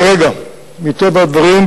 מטבע הדברים,